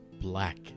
black